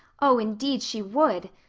oh, indeed she would!